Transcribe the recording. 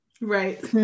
right